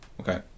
Okay